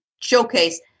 showcase